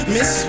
Miss